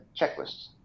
checklists